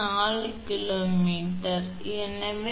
4 கிமீ எனவே 3